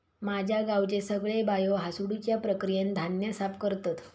माझ्या गावचे सगळे बायो हासडुच्या प्रक्रियेन धान्य साफ करतत